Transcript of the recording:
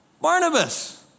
Barnabas